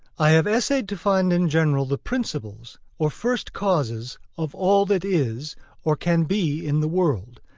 i have essayed to find in general the principles, or first causes of all that is or can be in the world,